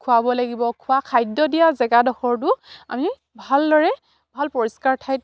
খুৱাব লাগিব খোৱা খাদ্য দিয়া জেগাডোখৰটো আমি ভালদৰে ভাল পৰিষ্কাৰ ঠাইত